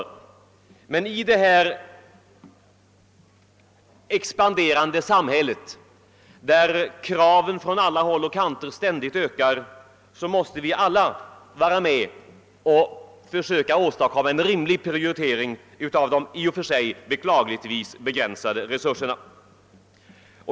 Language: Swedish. Men i detta expanderande samhälle, i vilket kraven från alla håll och kanter ständigt ökar, måste vi alla försöka åstadkomma en rimlig fördelning av de beklagligtvis begränsade resurserna.